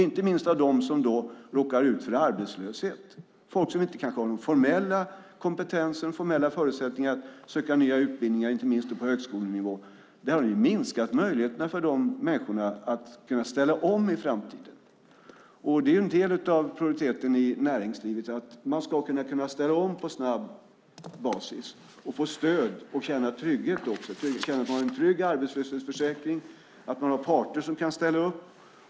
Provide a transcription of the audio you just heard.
Inte minst gäller det dem som råkar ut för arbetslöshet, folk som kanske inte har formell kompetens och formella förutsättningar att söka nya utbildningar, inte minst på högskolenivå. Ni har minskat möjligheterna för dessa människor att kunna ställa om i framtiden. Det är en del av produktiviteten i näringslivet att man ska kunna ställa om på snabb basis och få stöd och känna trygghet också. Vi ska ha en trygg arbetslöshetsförsäkring och parter som kan ställa upp.